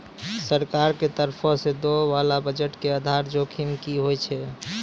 सरकार के तरफो से दै बाला बजट के आधार जोखिम कि होय छै?